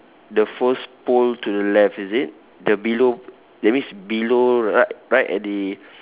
the first pole to the left is it the below that means below ri~ right at the